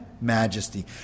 majesty